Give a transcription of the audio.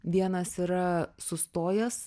vienas yra sustojęs